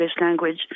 language